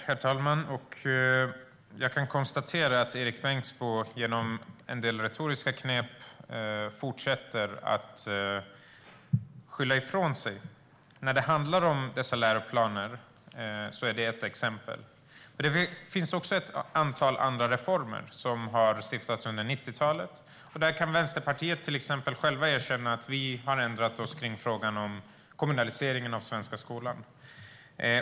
Herr talman! Jag kan konstatera att Erik Bengtzboe genom en del retoriska knep fortsätter att skylla ifrån sig. Läroplanerna är ett exempel, men det finns också ett antal andra reformer som har genomförts under 90-talet. Där kan vi i Vänsterpartiet själva erkänna att vi har ändrat oss i frågan om kommunaliseringen av den svenska skolan.